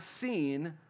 seen